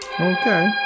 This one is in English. Okay